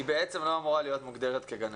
היא בעצם לא אמורה להיות מוגדרת כגננת.